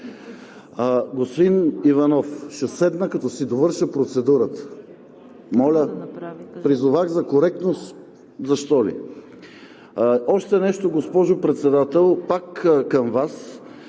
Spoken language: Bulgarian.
госпожо Председател, пак към Вас.